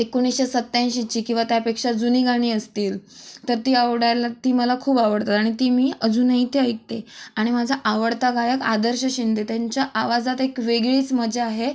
एकोणीसशे सत्त्याऐंशीची किंवा त्यापेक्षा जुनी गाणी असतील तर ती आवडायला ती मला खूप आवडतात आणि ती मी अजूनही ते ऐकते आणि माझा आवडता गायक आदर्श शिंदे त्यांच्या आवाजात एक वेगळीच मजा आहे